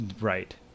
Right